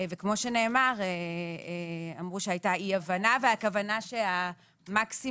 וכאמור נאמר שהייתה אי הבנה ואמרו שהמקסימום